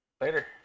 Later